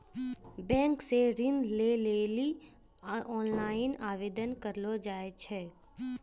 bank से ऋण लै लेली ओनलाइन आवेदन करलो जाय छै